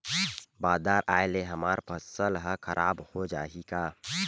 बादर आय ले हमर फसल ह खराब हो जाहि का?